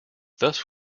thus